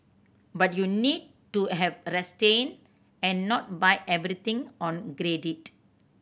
but you need to have a resting and not buy everything on credit